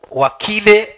wakile